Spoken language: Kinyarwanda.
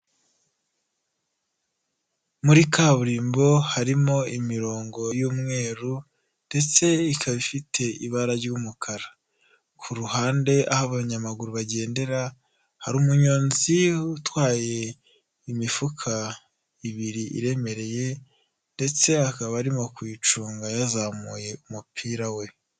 Muri kaburimbo harimo imirongo y'umweru ndetse ikaba ifite ibara ry'umukara, ku ruhande aho abanyamaguru bagendera, hari umuyonzi utwaye imifuka ibiri iremereye ndetse akaba arimo kuyicunga yazamuye umupira we.